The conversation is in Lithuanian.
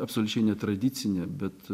absoliučiai netradicinį bet